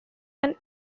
and